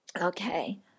Okay